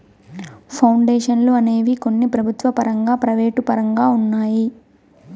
పౌండేషన్లు అనేవి కొన్ని ప్రభుత్వ పరంగా ప్రైవేటు పరంగా ఉన్నాయి